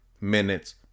minutes